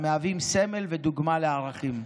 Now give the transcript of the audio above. המהווים סמל ודוגמה לערכים.